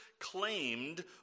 claimed